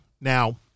Now